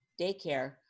daycare